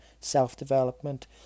self-development